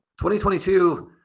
2022